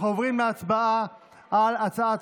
אני קובע כי הצעת